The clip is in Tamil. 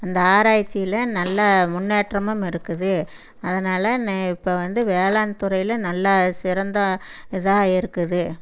அந்த ஆராய்ச்சியில் நல்ல முன்னேற்றமும் இருக்குது அதனால் இப்போ வந்து வேளாண்துறையில் நல்ல சிறந்த இதாக இருக்குது